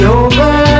over